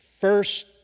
first